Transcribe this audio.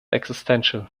existential